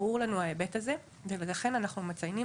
ברור לנו ההיבט הזה ולכן אנחנו מציינים